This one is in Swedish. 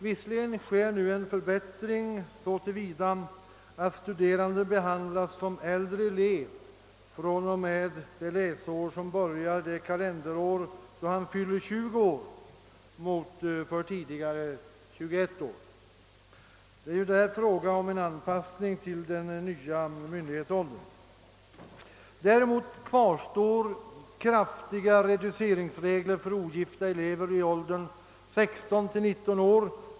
Visserligen sker nu en förbättring så till vida att studerande behandlas som äldre elev från och med det läsår som börjar det kalenderår, då han eller hon fyller 20 år i stället för som tidigare 21 år. Det är här fråga om en anpassning till den nya myndighetsåldern. Men kraftiga reduceringsregler kvarstår för ogifta elever i åldern 16—19 år.